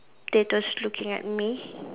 they just looking at me